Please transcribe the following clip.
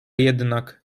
jednak